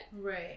right